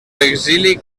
exili